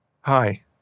Hi